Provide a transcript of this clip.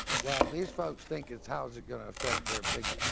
well, these folks think it's how's it going to effect their big,